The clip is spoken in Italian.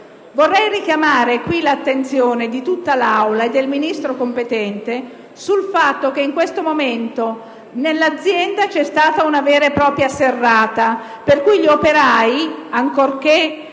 Vorrei richiamare l'attenzione di tutta l'Aula e del Ministro competente sul fatto che in questo momento nell'azienda è in atto una vera e propria serrata, per cui gli operai, ancorché